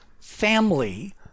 family